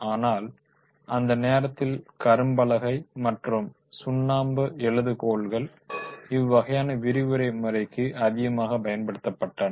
ஆனால் அந்த நேரத்தில் கரும்பலகை மற்றும் சுண்ணாம்பு எழுதுகோல்கள் இவ்வகையான விரிவுரை முறைக்கு அதிகமாக பயன்படுத்தப்பட்டன